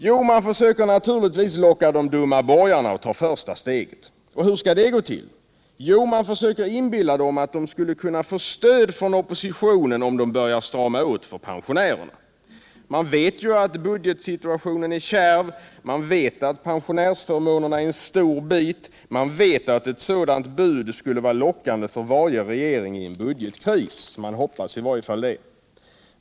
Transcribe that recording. Jo, man försöker naturligtvis locka de dumma borgarna att ta första steget. Och hur skall det gå till? Jo, man försöker inbilla dem att de skulle kunna få stöd från oppositionen om de börjar strama åt för pensionärerna. Man vet ju att budgetsituationen är kärv, man vet att pensionärsförmånerna är en stor bit, man vet att ett sådant bud skulle vara lockande för varje regering i en budgetkris. Man hoppas i varje fall det.